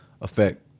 effect